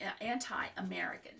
anti-american